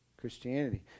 Christianity